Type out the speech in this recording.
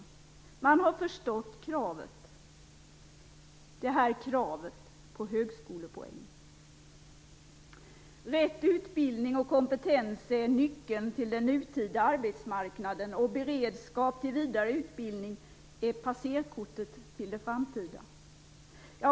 Man har förstått kravet på högskolepoäng. Rätt utbildning och kompetens är nyckeln till den nutida arbetsmarknaden, och beredskap till vidare utbildning är passerkortet till den framtida.